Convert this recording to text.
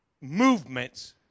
movements